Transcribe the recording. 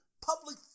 public